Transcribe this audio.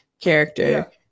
character